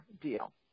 deal